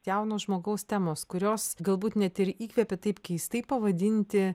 jauno žmogaus temos kurios galbūt net ir įkvėpė taip keistai pavadinti